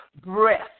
breath